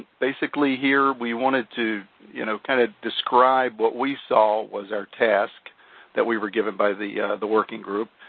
basically, here, we wanted to you know kind of describe what we saw was our task that we were given by the the working group,